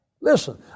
Listen